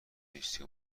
نیستی